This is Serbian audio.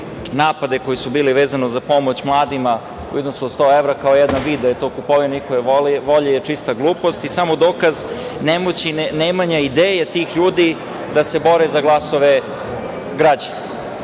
napade koji su bili vezani za pomoć mladima u vidu 100 evra, kao jedan vid da je to kupovina njihove volje, što je čista i samo dokaz nemoći nemanja ideje tih ljudi da se bore za glasove građana. Ono